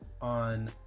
on